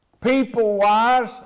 people-wise